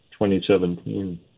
2017